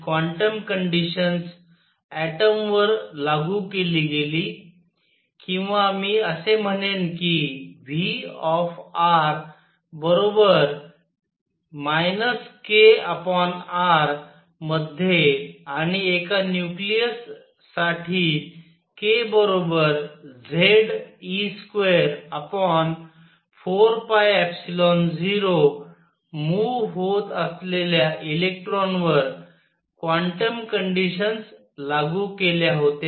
quantum conditions and atomic structure electron spin and Pauli exclusion principle या आधीच्या lecture मध्ये आपण काय केले होते विल्सन सॉमरफेल्ड क्वांटम कंडिशन्स ऍटमवर लागू केली गेली किंवा मी असे म्हणेन की Vr kr मध्ये आणि एका न्यूक्लिअस साठी kZe24π0 मूव्ह होत असलेल्या इलेक्ट्रॉनवर क्वांटम क्वांटम कंडिशन्स लागू केल्या होत्या